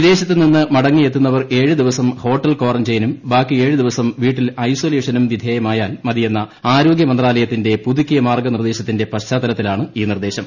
വിദ്യേൃത്തു നിന്ന് മടങ്ങിയെത്തുന്നവർ ഏഴു ദിവസം ഹോട്ടൽ ക്വാറന്റൈനും ബാക്കി ഏഴ് ദിവസം വീട്ടിൽ ഐസൊലേഷനും വിധേയമായാൽ മതിയെന്ന ആരോഗ്യ മന്ത്രാലയത്തിന്റെ പുതുക്കിയ മാർഗ്ഗ നിർദ്ദേശത്തിന്റെ പശ്ചാത്തലത്തിലാണ് ഈ നിർദ്ദേശം